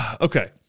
Okay